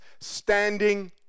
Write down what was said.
Standing